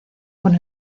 con